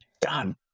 done